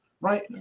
right